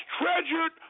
treasured